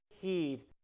heed